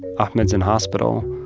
ahmed's in hospital.